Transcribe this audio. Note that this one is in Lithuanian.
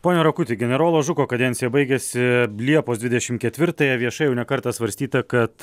ponia rakuti generolo žuko kadencija baigiasi liepos dvidešim ketvirtąją viešai jau ne kartą svarstyta kad